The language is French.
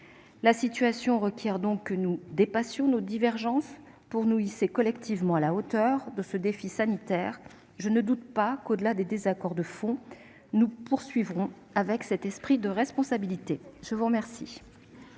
La situation requiert donc que nous dépassions nos divergences pour nous hisser collectivement à la hauteur de ce défi sanitaire. Je ne doute pas que, au-delà des désaccords de fond, nous poursuivrons avec cet esprit de responsabilité. La parole